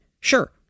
Sure